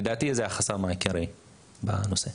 לדעתי, זה החסם העיקרי בנושא הזה.